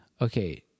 Okay